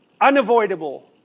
unavoidable